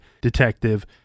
detective